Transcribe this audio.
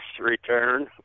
return